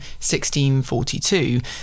1642